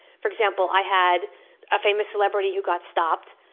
for example, i had a famous celebrity who got stopped,